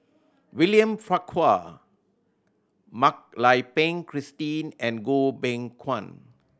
William Farquhar Mak Lai Peng Christine and Goh Beng Kwan